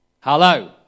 Hello